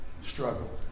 struggle